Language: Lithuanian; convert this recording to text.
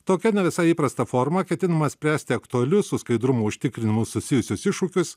tokia ne visai įprasta forma ketinama spręsti aktualius su skaidrumo užtikrinimu susijusius iššūkius